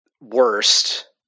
worst